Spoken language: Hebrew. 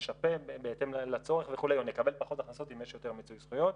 נשפה בהתאם לצורך וכו' או נקבל פחות הכנסות אם יש יותר מיצוי זכויות.